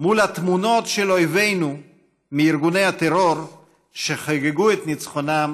מול התמונות של אויבינו מארגוני הטרור שחגגו את ניצחונם